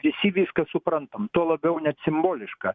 visi viską suprantam tuo labiau net simboliška